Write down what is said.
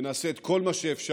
ונעשה את כל מה שאפשר